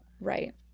right